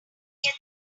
get